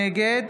נגד